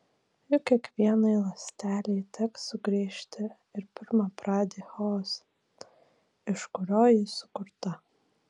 juk kiekvienai ląstelei teks sugrįžti į pirmapradį chaosą iš kurio ji sukurta